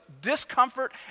discomfort